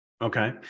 Okay